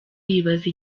yibaza